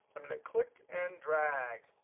i'm going to click and drag.